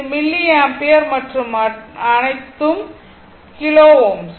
இது milli ampere மற்றும் மற்ற அனைத்தும் கிலோ Ω